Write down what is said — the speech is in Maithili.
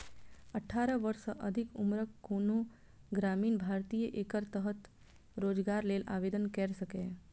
अठारह वर्ष सँ अधिक उम्रक कोनो ग्रामीण भारतीय एकर तहत रोजगार लेल आवेदन कैर सकैए